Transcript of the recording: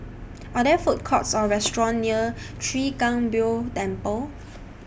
Are There Food Courts Or restaurants near Chwee Kang Beo Temple